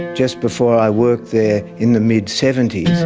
just before i worked there in the mid seventy s,